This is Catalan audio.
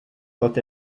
tot